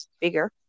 bigger